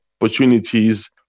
opportunities